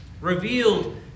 revealed